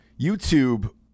YouTube